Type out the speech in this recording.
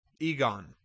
Egon